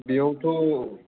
बेयाव थ